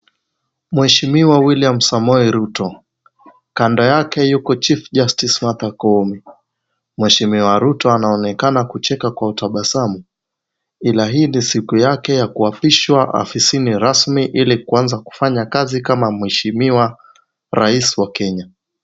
Mheshimiwa William Samoei Ruto, kando yake yuko chief justice Martha Koome. Mheshimiwa Ruto anaonekana kucheka kwa tabasamu ila hii ni siku yake ya kuapishwa afisini rasmi ili kuanza kufanya kazi kama mheshimiwa rais wa Kenya.